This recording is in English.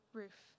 roof